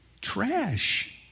trash